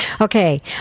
Okay